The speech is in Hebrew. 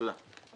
תודה.